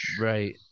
Right